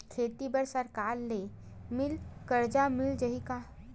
खेती बर सरकार ले मिल कर्जा मिल जाहि का?